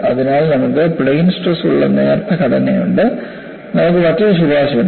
അതിനാൽ നമുക്ക് plane stress ഉള്ള നേർത്ത ഘടനയുണ്ട് നമുക്ക് മറ്റൊരു ശുപാർശയുണ്ട്